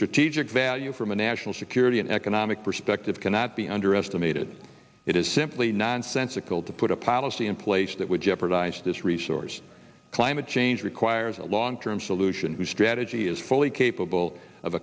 strategic value from a national security an economic perspective cannot be underestimated it is simply nonsensical to put a policy in place that would jeopardize this resource climate change requires a long term solution which strategy is fully capable of